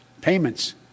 payments